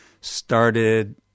started